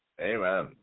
Amen